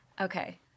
Okay